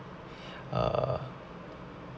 err